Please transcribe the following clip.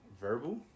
verbal